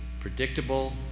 predictable